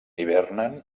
hivernen